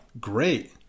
Great